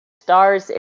stars